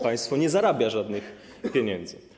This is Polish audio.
Państwo nie zarabia żadnych pieniędzy.